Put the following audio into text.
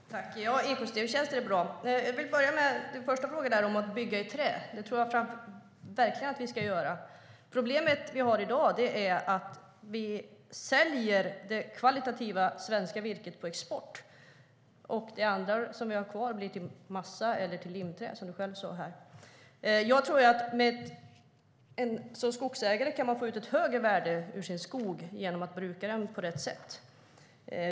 Herr talman! Ekosystemtjänster är bra. Jag vill börja med det du först tog upp om att bygga i trä. Det ska vi verkligen göra. Problemet vi har i dag är att vi säljer det kvalitativa svenska virket på export. Det vi har kvar blir till massa eller till limträ, som du själv sa här. Som skogsägare kan man få ut ett högre värde ur sin skog genom att bruka den på rätt sätt.